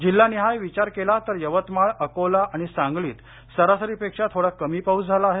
जिल्हा निहाय विचार केला तर यवतमाळ अकोला आणि सांगलीत सरासरी पेक्षा थोडा कमी पाऊस झाला आहे